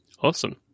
Awesome